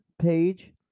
page